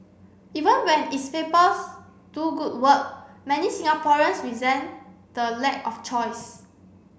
even when its papers do good work many Singaporeans resent the lack of choice